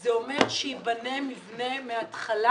זה אומר שייבנה מבנה מהתחלה?